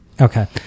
Okay